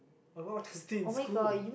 why would you stay in school